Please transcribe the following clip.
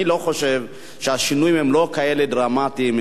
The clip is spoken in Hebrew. אני לא חושב שהשינויים הם כאלה דרמטיים.